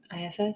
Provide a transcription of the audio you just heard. IFS